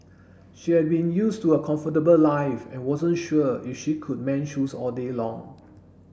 she had been used to a comfortable life and wasn't sure if she could mend shoes all day long